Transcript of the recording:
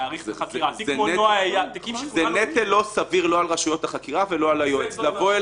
זה למעשה לקחת את כל דגימות ה-DNA שנמצאות במז"פ ולבוא ליועץ.